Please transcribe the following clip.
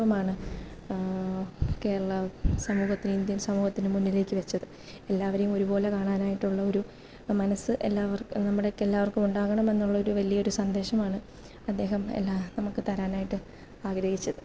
തത്വമാണ് കേരള സമൂഹത്തെ ഇന്ത്യൻ സമൂഹത്തിന് മുന്നിലേക്ക് വച്ചത് എല്ലാവരെയും ഒരുപോലെ കാണാനായിട്ടുള്ള ഒരു മനസ്സ് എല്ലാവർ നമ്മുടെയൊക്കെ എല്ലാവർക്കും ഉണ്ടാവണം എന്നുള്ളൊരു വലിയൊരു സന്ദേശമാണ് അദ്ദേഹം എല്ലാം നമുക്ക് തരാനായിട്ട് ആഗ്രഹിച്ചത്